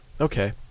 Okay